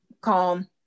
Calm